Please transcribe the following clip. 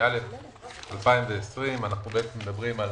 התשפ"א 2020. אנחנו מדברים על